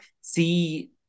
see